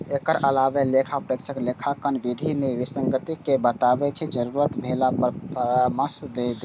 एकर अलावे लेखा परीक्षक लेखांकन विधि मे विसंगति कें बताबै छै, जरूरत भेला पर परामर्श दै छै